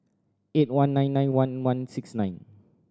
eight one nine nine one one six nine